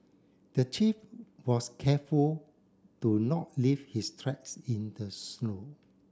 the thief was careful to not leave his tracks in the snow